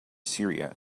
syria